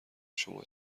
شما